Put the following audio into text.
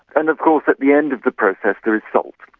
and of course at the end of the process there is salt,